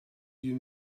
you